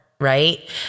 right